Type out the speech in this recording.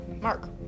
Mark